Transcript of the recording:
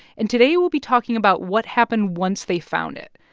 and today we'll be talking about what happened once they found it.